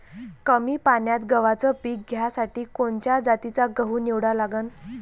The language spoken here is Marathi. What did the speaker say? कमी पान्यात गव्हाचं पीक घ्यासाठी कोनच्या जातीचा गहू निवडा लागन?